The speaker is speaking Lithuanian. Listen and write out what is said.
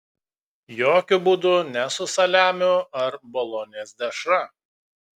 jokiu būdu ne su saliamiu ar bolonės dešra